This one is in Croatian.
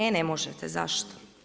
E ne možete, zašto?